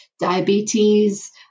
diabetes